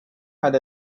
had